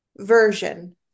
version